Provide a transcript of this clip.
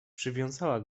przywiązała